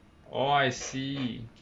oh I see